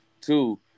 Two